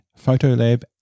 Photolab